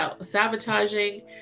sabotaging